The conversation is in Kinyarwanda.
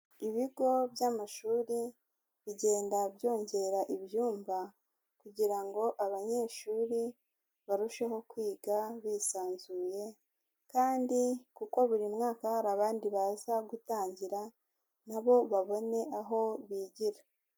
Ibigo by'amashuri bigenda byongera ibyumba kugira ngo abanyeshuri barusheho kwiga bisanzuye kandi kuko buri mwaka hari abandi baza gutangira na bo babone aho bigira.